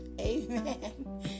Amen